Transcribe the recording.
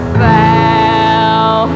fell